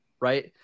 Right